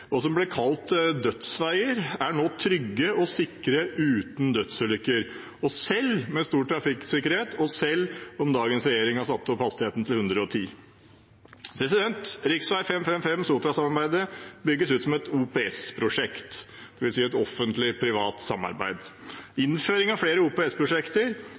og som ble kalt «dødsveier», er nå trygge og sikre og uten dødsulykker, selv med stor trafikktetthet, og selv om dagens regjering har satt opp hastigheten til 110 km/t. Rv. 555 Sotrasambandet bygges ut som et OPS-prosjekt, det vil si et offentlig-privat samarbeid. Innføring av flere